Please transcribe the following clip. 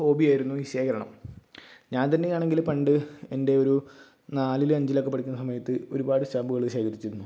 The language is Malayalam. ഹോബിയായിരുന്നു ഈ ശേഖരണം ഞാൻ തന്നെ ആണെങ്കില് പണ്ട് എൻ്റെ ഒരു നാലില് അഞ്ചിലൊക്കെ പഠിക്കുന്ന സമയത്ത് ഒരുപാട് സ്റ്റാമ്പുകള് ശേഖരിച്ചിരുന്നു